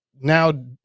now